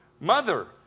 mother